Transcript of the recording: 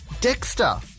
Dexter